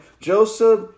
Joseph